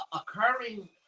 occurring